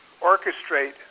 orchestrate